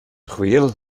chwil